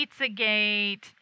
Pizzagate